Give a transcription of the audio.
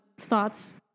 thoughts